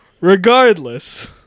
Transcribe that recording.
Regardless